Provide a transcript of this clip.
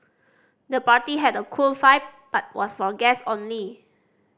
the party had a cool vibe but was for guest only